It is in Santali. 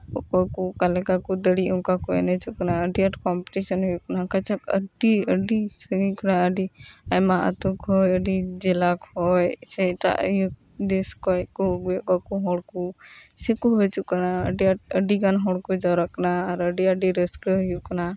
ᱚᱠᱚᱭ ᱠᱚ ᱚᱠᱟᱞᱮᱠᱟ ᱠᱚ ᱫᱟᱲᱮᱜ ᱚᱱᱠᱟ ᱠᱚ ᱮᱱᱮᱡᱚᱜ ᱠᱟᱱᱟ ᱟᱹᱰᱤ ᱟᱸᱴ ᱠᱳᱢᱯᱤᱴᱤᱥᱮᱱ ᱦᱩᱭᱩᱜ ᱠᱟᱱᱟ ᱠᱟᱡᱟᱠ ᱟᱹᱰᱤ ᱟᱹᱰᱤ ᱥᱟᱺᱜᱤᱧ ᱠᱷᱚᱱᱟ ᱟᱹᱰᱤ ᱟᱭᱢᱟ ᱟᱹᱛᱩ ᱠᱷᱚᱱ ᱟᱹᱰᱤ ᱡᱮᱞᱟ ᱠᱷᱚᱱ ᱥᱮ ᱮᱟᱴᱟᱜ ᱤᱭᱟᱹ ᱫᱮᱥ ᱠᱷᱚᱱᱠᱚ ᱟᱹᱜᱩᱭᱮᱫ ᱠᱚᱣᱟ ᱠᱚ ᱦᱚᱲ ᱠᱚ ᱥᱮᱠᱚ ᱦᱤᱡᱩᱜ ᱠᱟᱱᱟ ᱟᱹᱰᱤ ᱟᱸᱴ ᱟᱹᱰᱤ ᱜᱟᱱ ᱦᱚᱲ ᱠᱚ ᱡᱟᱣᱨᱟᱜ ᱠᱟᱱᱟ ᱟᱨ ᱟᱹᱰᱤ ᱟᱹᱰᱤ ᱨᱟᱹᱥᱠᱟᱹ ᱦᱩᱭᱩᱜ ᱠᱟᱱᱟ